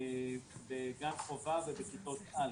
בגן חובה ובכיתות א'.